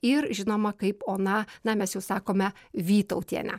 ir žinoma kaip ona na mes jau sakome vytautienė